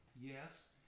Yes